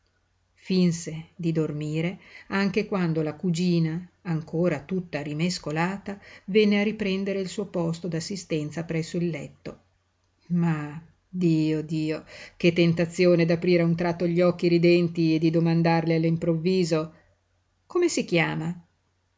finse di dormire anche quando la cugina ancora tutta rimescolata venne a riprendere il suo posto d'assistenza presso il letto ma dio dio che tentazione d'aprire a un tratto gli occhi ridenti e di domandarle all'improvviso come si chiama